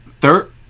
third